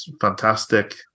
fantastic